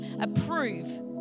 approve